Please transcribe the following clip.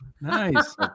nice